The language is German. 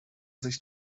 sich